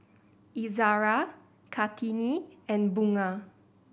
Izzara Kartini and Bunga